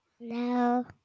No